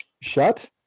shut